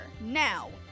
now